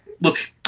look